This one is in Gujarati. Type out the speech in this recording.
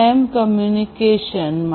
એમ કમ્યુનિકેશન માં